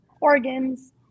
organs